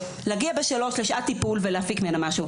להגיע ב-15:00 לשעת טיפול ולהפיק ממנה משהו.